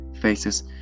faces